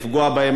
לפגוע בהם.